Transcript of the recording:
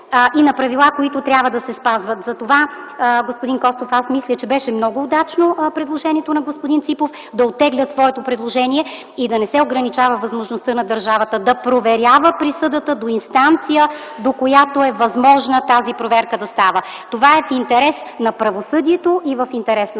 и на правила, които трябва да се спазват. Господин Костов, мисля, че беше много удачно предложението на господин Ципов да оттегли своето предложение и да не се ограничава възможността на държавата да проверява присъдата до инстанция, до която е възможно да става тази проверка. Това е в интерес на правосъдието и в интерес на справедливостта.